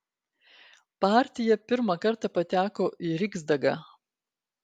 partija pirmą kartą pateko į riksdagą